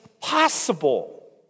possible